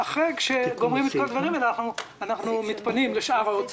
אחרי שגומרים את כל הדברים האלה אנחנו מתפנים לשאר ההוצאות,